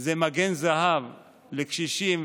זה מגן זהב לקשישים,